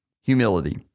humility